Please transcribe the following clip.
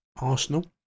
Arsenal